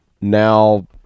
now